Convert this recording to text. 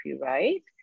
right